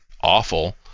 awful